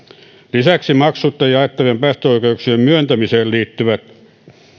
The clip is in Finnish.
lisäksi maksutta jaettavien päästöoikeuksien myöntämiseen liittyvät